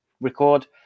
record